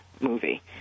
movie